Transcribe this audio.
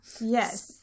Yes